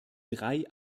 drei